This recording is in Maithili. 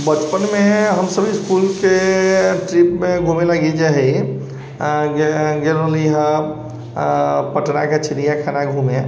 बचपनमे हम सभ इसकुलके ट्रिप मे घुमैले गेल रहि गेल रहलि है पटनाके चिड़िया खाना घुमै